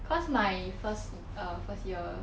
cause my first err first year